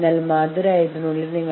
അതിനാൽ നിങ്ങൾ സൌഹൃദപരമായിരിക്കണം